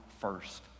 first